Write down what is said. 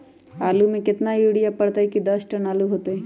आलु म केतना यूरिया परतई की दस टन आलु होतई?